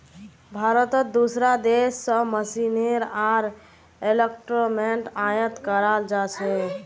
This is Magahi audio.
भारतत दूसरा देश स मशीनरी आर इक्विपमेंट आयात कराल जा छेक